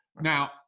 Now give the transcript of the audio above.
Now